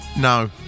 No